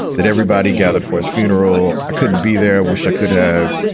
that everybody gathered for his funeral. i couldn't be there. i wish i could have.